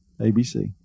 abc